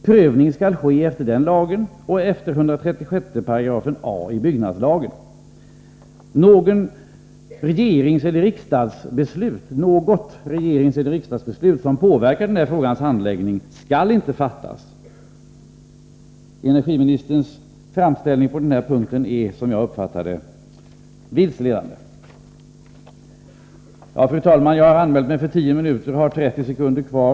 Prövning skall ske efter den lagen och efter 136a § i byggnadslagen. Något regeringseller riksdagsbeslut som påverkar frågans handläggning skall inte fattas. Energiministerns framställning på den punkten är, som jag uppfattar det, vilseledande. Fru talman! Jag har anmält mig för en taletid av 10 minuter och har 30 sekunder kvar.